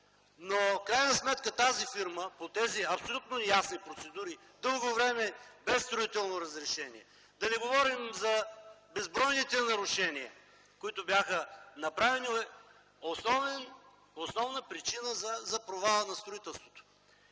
Но в крайна сметка тази фирма, по тези абсолютно неясни процедури – дълго време без строително разрешение, да не говорим за безбройните нарушения, които бяха направени – бяха основна причина за провала на строителството.